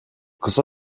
kısa